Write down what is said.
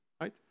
right